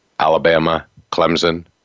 Alabama-Clemson